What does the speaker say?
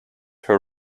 her